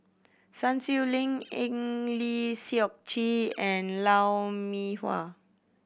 Sun Xueling Eng Lee Seok Chee and Lou Mee Wah